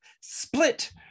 split